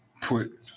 put –